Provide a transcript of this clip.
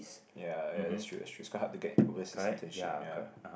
ya ya that's true that's true it's quite hard to get overseas internship ya